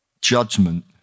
judgment